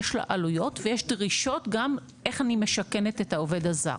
יש לו עלויות ויש דרישות גם איך אני משכנעת את העובד הזר.